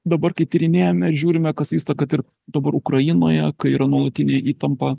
dabar kai tyrinėjame ir žiūrime kas vyksta kad ir dabar ukrainoje yra nuolatinė įtampa